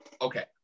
Okay